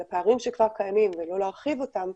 אלא פערים שכבר קיימים לא להרחיב אותם,